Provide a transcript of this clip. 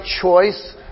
choice